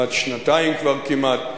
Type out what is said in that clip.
בת שנתיים כבר כמעט,